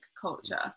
culture